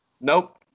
Nope